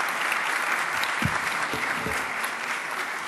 (מחיאות כפיים)